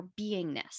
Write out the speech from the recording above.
beingness